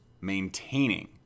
maintaining